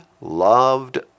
loved